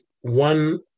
one